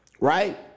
Right